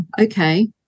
okay